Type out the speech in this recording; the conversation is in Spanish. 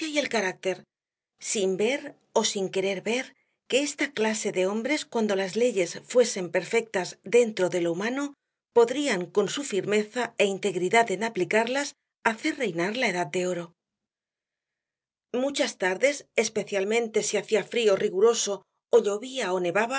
el carácter sin ver ó sin querer ver que esta clase de hombres cuando las leyes fuesen perfectas dentro de lo humano podrían con su firmeza é integridad en aplicarlas hacer reinar la edad de oro muchas tardes especialmente si hacía frío riguroso ó llovía ó nevaba